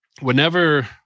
whenever